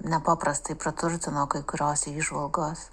nepaprastai praturtino kai kurios įžvalgos